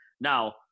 Now